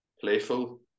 playful